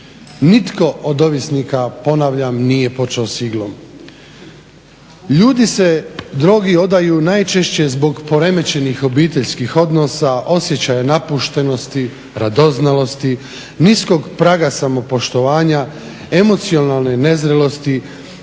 Nitko od ovisnika, ponavljam nije počeo s iglom. Ljudi se drogi odaju najčešće zbog poremećenih obiteljskih odnosa, osjećaja napuštenosti, radoznalosti, niskog praga samopoštovanja, emocionalne nezrelosti